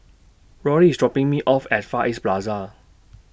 Rollie IS dropping Me off At Far East Plaza